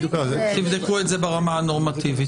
תבדקו את זה ברמה הנורמטיבית,